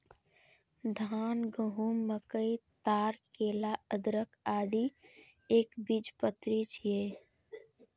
धान, गहूम, मकई, ताड़, केला, अदरक, आदि एकबीजपत्री छियै